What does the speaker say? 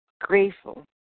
Grateful